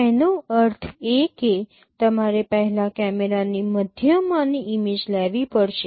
તેનો અર્થ એ કે તમારે પહેલા કેમેરાની મધ્યમાંની ઇમેજ લેવી પડશે